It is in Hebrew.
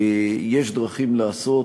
יש דרכים לעשות.